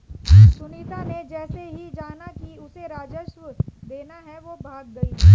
सुनीता ने जैसे ही जाना कि उसे राजस्व देना है वो भाग गई